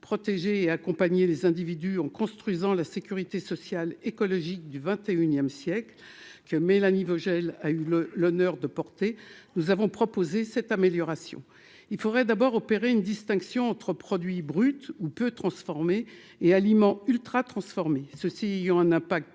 protéger et accompagner les individus en construisant la sécurité sociale, écologique du XXIe siècle que Mélanie Vogel a eu le l'honneur de porter, nous avons proposé cette amélioration, il faudrait d'abord opéré une distinction entre produits bruts ou peu transformés et aliments ultratransformés ceci ont un impact